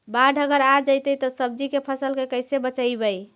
बाढ़ अगर आ जैतै त सब्जी के फ़सल के कैसे बचइबै?